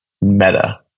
Meta